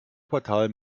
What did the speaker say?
quartal